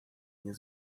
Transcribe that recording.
nie